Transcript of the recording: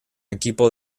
equipo